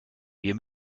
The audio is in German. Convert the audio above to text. wir